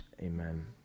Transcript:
Amen